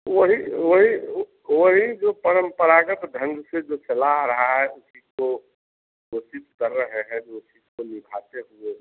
वही वही वही जो परंपरागत ढंग से जो चला आ रहा है उसी को कोशिश कर रहे हैं जो उसी को निभाते हुए चलें